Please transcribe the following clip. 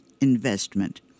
investment